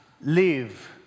Live